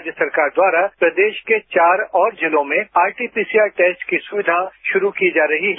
राज्य सरकार द्वारा प्रदेश के चार और जिलों में आरटी पीसीआर टेस्ट की सुविधा शुरू की जा रही है